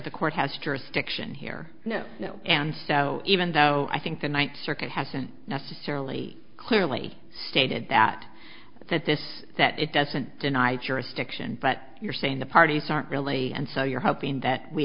the court has jurisdiction here and so even though i think the ninth circuit hasn't necessarily clearly stated that that this that it doesn't deny jurisdiction but you're saying the parties aren't really and so you're hoping that we